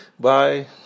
Bye